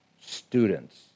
students